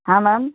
हाँ मैम